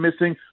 missing